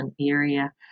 area